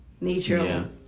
nature